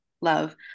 love